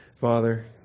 Father